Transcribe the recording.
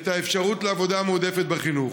את האפשרות לעבודה מועדפת בחינוך.